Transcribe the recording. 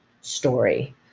story